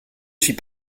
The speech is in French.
suis